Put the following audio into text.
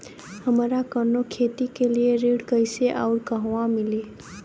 हमरा कवनो खेती के लिये ऋण कइसे अउर कहवा मिली?